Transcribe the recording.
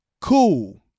Cool